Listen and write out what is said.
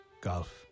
golf